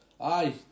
Aye